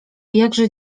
jakże